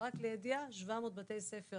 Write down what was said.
רק לידיעה, 700 בתי ספר